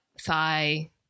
thigh